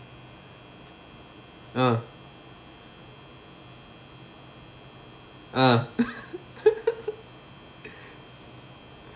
uh uh